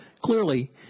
clearly